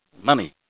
money